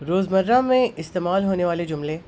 روز مرہ میں استعمال ہونے والے جملے